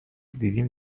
دیدیم